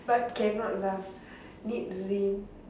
but cannot lah need rain